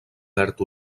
verd